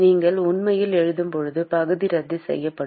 நீங்கள் உண்மையில் எழுதும் போது பகுதி ரத்து செய்யப்படும்